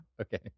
okay